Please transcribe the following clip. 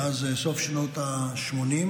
מאז סוף שנות השמונים,